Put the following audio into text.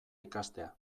ikastea